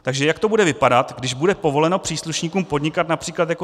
Takže jak to bude vypadat, když bude povoleno příslušníkům podnikat například jako řidič taxi?